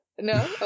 no